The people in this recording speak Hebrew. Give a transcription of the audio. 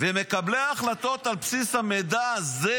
ומקבלי ההחלטות, על בסיס המידע הזה,